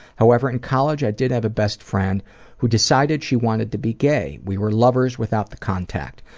however, in college, i did have a best friend who decided she wanted to be gay. we were lovers without the contact.